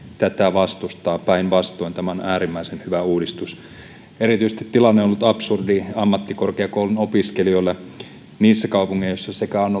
tätä vastustaa päinvastoin tämä on äärimmäisen hyvä uudistus tilanne on ollut absurdi ammattikorkeakoulun opiskelijoilla erityisesti niissä kaupungeissa joissa on